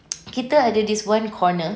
kita ada this one corner